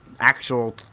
Actual